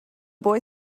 boy